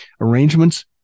arrangements